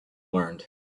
learned